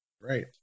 Right